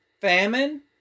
famine